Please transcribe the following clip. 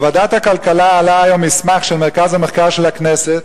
בוועדת הכלכלה עלה היום מסמך של מרכז המחקר של הכנסת,